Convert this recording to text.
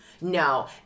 No